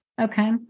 Okay